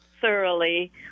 thoroughly